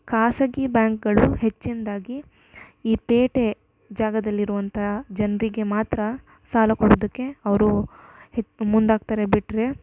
ಖಾಸಗಿ ಬ್ಯಾಂಕ್ಗಳು ಹೆಚ್ಚಿನದಾಗಿ ಈ ಪೇಟೆ ಜಾಗದಲ್ಲಿ ಇರುವಂತಹ ಜನರಿಗೆ ಮಾತ್ರ ಸಾಲ ಕೊಡುವುದಕ್ಕೆ ಅವರು ಹೆ ಮುಂದಾಗ್ತಾರೆ ಬಿಟ್ಟರೆ